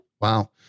Wow